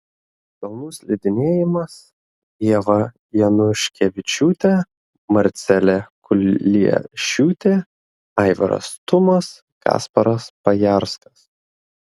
kalnų slidinėjimas ieva januškevičiūtė marcelė kuliešiūtė aivaras tumas kasparas pajarskas